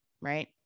right